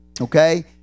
Okay